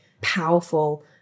powerful